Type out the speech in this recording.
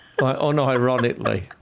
unironically